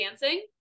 Dancing